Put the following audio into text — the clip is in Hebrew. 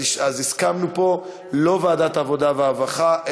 אז הסכמנו פה: לא לוועדת העבודה והרווחה,